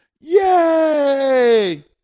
Yay